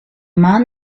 man